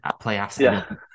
playoffs